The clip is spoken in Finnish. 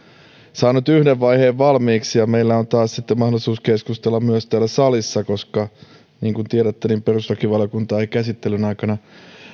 saanut yhden vaiheen valmiiksi ja meillä on taas sitten mahdollisuus keskustella myös täällä salissa koska niin kuin tiedätte perustuslakivaliokunta ei käsittelyn aikana